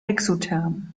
exotherm